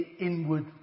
inward